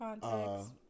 context